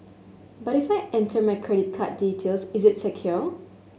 but if I enter my credit card details is it secure